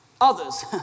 others